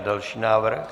Další návrh.